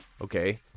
Okay